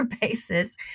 basis